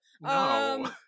No